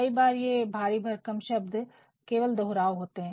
कई बार ये भरी भरकम शब्द केवल दोहराव होते है